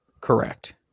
Correct